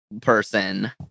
person